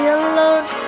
alone